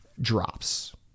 drops